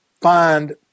find